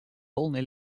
полной